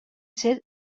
ser